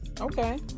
Okay